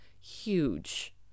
huge